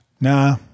Nah